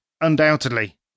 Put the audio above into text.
undoubtedly